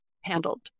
handled